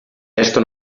esto